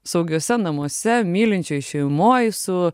saugiuose namuose mylinčioj šeimoj su